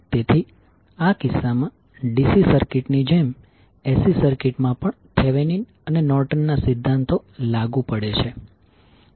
તેથી આ કિસ્સામાં DC સર્કિટની જેમ AC સર્કિટમાં પણ થેવેનીન અને નોર્ટન ના સિદ્ધાંતો લાગુ પડે છે